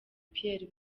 pierre